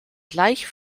gleich